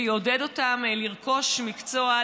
ויעודד אותם לרכוש מקצוע,